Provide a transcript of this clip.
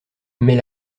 mais